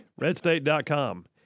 Redstate.com